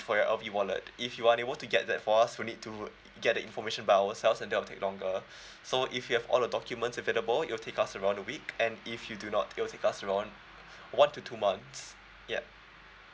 for your L_V wallet if you're unable to get that for us we need to get the information by ourselves and that will take longer so if you have all the documents available it'll take us around a week and if you do not it will take us around one to two months ya